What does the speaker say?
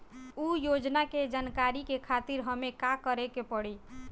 उ योजना के जानकारी के खातिर हमके का करे के पड़ी?